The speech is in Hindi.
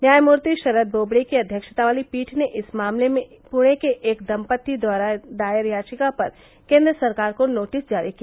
न्यायमूर्ति शरद बोबड़े की अध्यक्षता वाली पीठ ने इस मामले में पुणे के एक दम्पति द्वारा दायर याचिका पर केन्द्र सरकार को नोटिस जारी किया